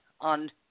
on